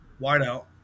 wideout